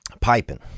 piping